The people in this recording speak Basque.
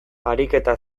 ariketa